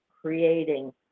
creating